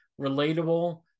relatable